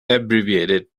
abbreviated